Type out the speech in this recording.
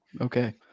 Okay